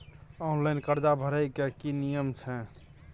Online कर्जा भरै के की नियम छै?